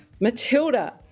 Matilda